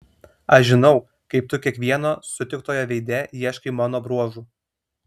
aš žinau kaip tu kiekvieno sutiktojo veide ieškai mano bruožų